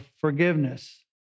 forgiveness